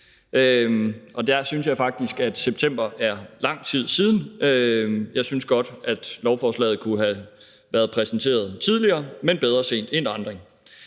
og der synes jeg faktisk, at september er lang tid siden. Jeg synes godt, at lovforslaget kunne have været præsenteret tidligere, men bedre sent end aldrig.